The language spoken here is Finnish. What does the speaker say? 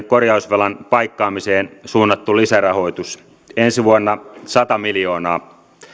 korjausvelan paikkaamiseen suunnattu lisärahoitus ensi vuonna sata miljoonaa